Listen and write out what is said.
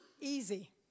easy